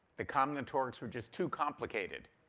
the combinatorics were just too complicated.